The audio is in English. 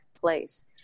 place